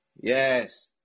Yes